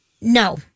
No